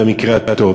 במקרה הטוב,